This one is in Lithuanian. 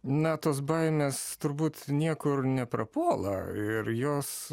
na tos baimės turbūt niekur neprapuola ir jos